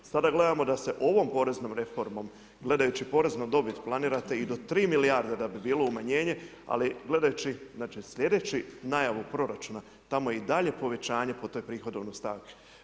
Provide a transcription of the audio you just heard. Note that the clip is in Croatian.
Sada gledamo da se ovom poreznom reformom, gledajući poreza na dobit, planirate i do 3 milijarde da bi bilo umanjenje, ali gledajući sljedeću najavu proračuna, tamo i dalje, povećanje po toj prihodovnoj stavki.